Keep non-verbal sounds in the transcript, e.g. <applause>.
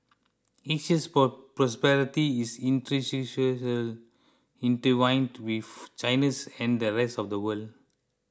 Asia's <unintelligible> prosperity is <unintelligible> intertwined with China's and the rest of the world